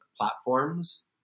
platforms